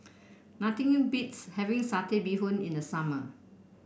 nothing beats having Satay Bee Hoon in the summer